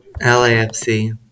LAFC